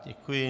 Děkuji.